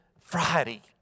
Friday